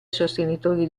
sostenitori